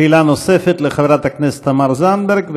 שאלה נוספת לחברת הכנסת תמר זנדברג,